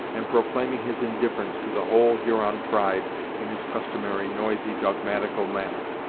and proclaiming his indifference to the whole huron tribe in his customary noisy, dogmatical manner.